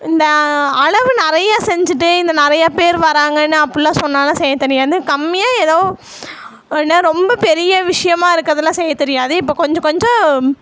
இந்த அளவு நிறையா செஞ்சுட்டு இந்த நிறையா பேர் வராங்க அப்படி எல்லாம் சொன்னால் செய்யத்தெரியாது கம்மியாக ஏதோ ரொம்ப பெரிய விஷயமாக இருக்கிறதெல்லாம் செய்யத்தெரியாது இப்போ கொஞ்சம் கொஞ்சம்